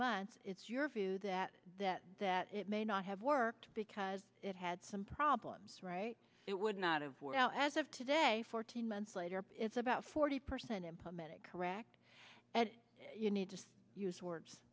months it's your view that that that it may not have worked because it had some problems right it would not have well as of today fourteen months later it's about forty percent implemented correct and you need to use words